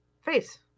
face